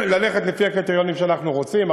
ללכת לפי הקריטריונים שאנחנו רוצים,